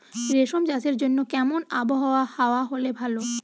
রেশম চাষের জন্য কেমন আবহাওয়া হাওয়া হলে ভালো?